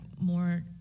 more